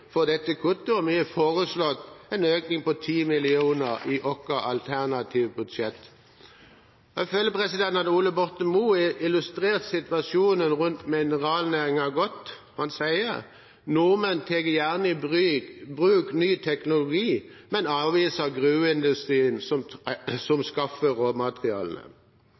for dette kuttet, og vi foreslår en økning på 10 mill. kr i vårt alternative budsjett. Jeg føler at Ola Borten Moe har illustrert situasjonen rundt mineralnæringen godt når han sier: «Nordmenn tar gjerne i bruk ny teknologi, men avviser gruveindustri som skaffer råmaterialene.»